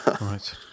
Right